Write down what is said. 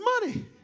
money